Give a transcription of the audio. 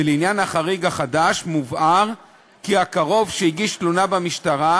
ולעניין החריג החדש מובהר כי הקרוב שהגיש תלונה במשטרה